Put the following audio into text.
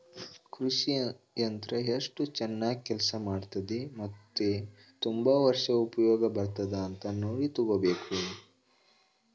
ಕೃಷಿ ಯಂತ್ರ ಎಸ್ಟು ಚನಾಗ್ ಕೆಲ್ಸ ಮಾಡ್ತದೆ ಮತ್ತೆ ತುಂಬಾ ವರ್ಷ ಉಪ್ಯೋಗ ಬರ್ತದ ಅಂತ ನೋಡಿ ತಗೋಬೇಕು